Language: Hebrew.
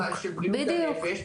למגבלות של בריאות הנפש,